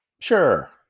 Sure